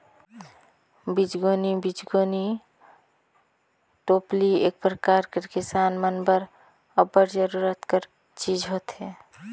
बीजगोनी बीजगोनी टोपली एक परकार कर किसान मन बर अब्बड़ जरूरत कर चीज होथे